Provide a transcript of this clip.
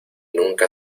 nunca